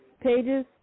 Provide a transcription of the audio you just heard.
pages